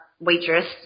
Waitress